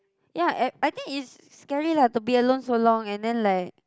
ya and I think it's scary leh to be alone so long and then like